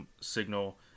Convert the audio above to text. signal